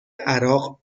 عراق